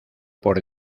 por